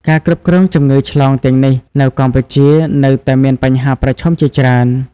ការគ្រប់គ្រងជំងឺឆ្លងទាំងនេះនៅកម្ពុជានៅតែមានបញ្ហាប្រឈមជាច្រើន។